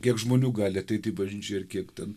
kiek žmonių gali ateit į bažnyčią ir kiek ten